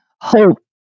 hope